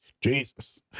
Jesus